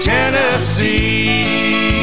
Tennessee